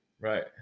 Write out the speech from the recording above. Right